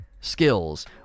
skills